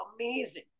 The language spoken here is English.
amazing